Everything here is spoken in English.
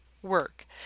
work